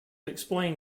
explain